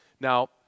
Now